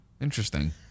Interesting